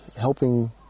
helping